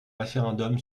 référendum